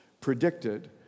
predicted